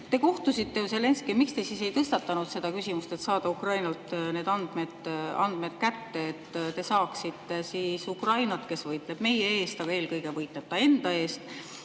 Te kohtusite Zelinskõiga. Miks te siis ei tõstatanud seda küsimust, et saada Ukrainalt need andmed kätte, et te saaksite Ukrainat, kes võitleb ka meie eest, aga eelkõige võitleb ta enda eest,